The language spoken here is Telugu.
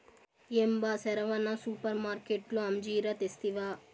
ఏం బా సెరవన సూపర్మార్కట్లో అంజీరా తెస్తివా